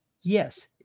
Yes